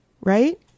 Right